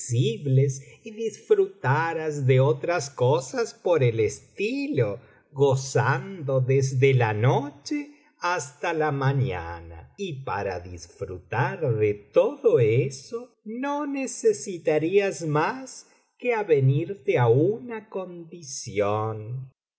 flexibles y disfrutaras de otras cosas por el estilo gozando desde la noche hasta la mañana y para disfrutar de todo eso no necesitarías mas que avenirte á una condición